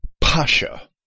pasha